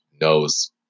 knows